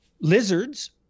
lizards